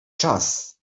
czas